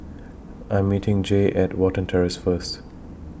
I Am meeting Jaye At Watten Terrace First